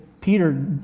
Peter